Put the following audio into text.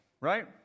right